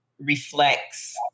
reflects